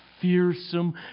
fearsome